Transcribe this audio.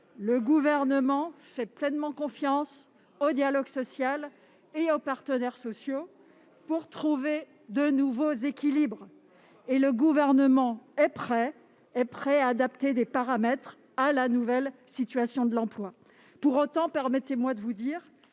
Le Gouvernement fait pleinement confiance au dialogue social et aux partenaires sociaux pour trouver de nouveaux équilibres. Il est prêt à adapter des paramètres à la nouvelle situation de l'emploi. Pour autant, permettez-moi de vous le